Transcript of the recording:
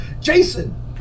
Jason